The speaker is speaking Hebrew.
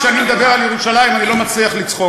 כשאני מדבר על ירושלים אני לא מצליח לצחוק.